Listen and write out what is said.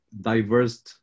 diverse